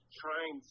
trying